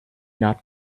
not